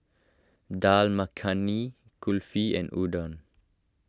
Dal Makhani Kulfi and Udon